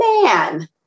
man